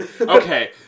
Okay